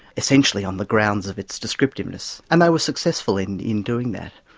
essentially on the grounds of its descriptiveness. and they were successful in in doing that.